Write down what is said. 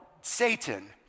Satan